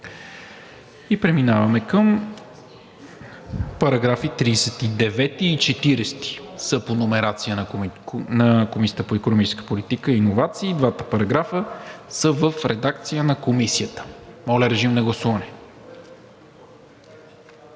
Преминаваме към параграфи 39 и 40 по номерация на Комисията по икономическа политика и иновации, като и двата параграфа са в редакция на Комисията. Моля, режим на гласуване.